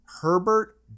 herbert